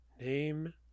Name